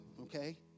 Okay